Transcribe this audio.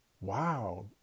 Wow